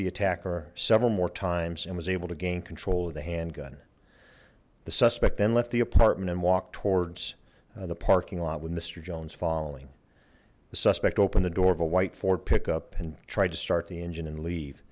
the attacker several more times and was able to gain control of the handgun the suspect then left the apartment and walked towards the parking lot with mr jones following the suspect opened the door of a white ford pickup and tried to start the engine and leave